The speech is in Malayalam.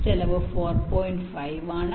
5 ആണ്